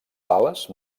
sales